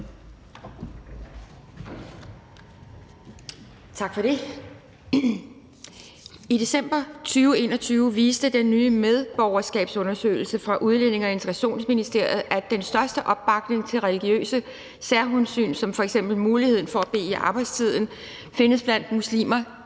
Tak for det. I december 2021 viste den nye medborgerskabsundersøgelse fra Udlændinge- og Integrationsministeriet, at den største opbakning til religiøse særhensyn, f.eks. muligheden for at bede i arbejdstiden, findes blandt muslimer,